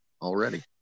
already